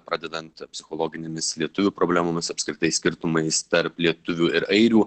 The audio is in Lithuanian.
pradedant psichologinėmis lietuvių problemomis apskritai skirtumais tarp lietuvių ir airių